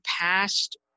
past